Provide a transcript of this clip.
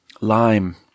Lime